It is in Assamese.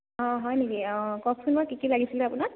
অঁ হয় নেকি অঁ কওকচোন বাৰু কি কি লাগিছিলে আপোনাক